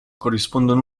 corrispondono